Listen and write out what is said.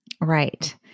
Right